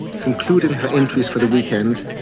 concluding her entries for the weekend,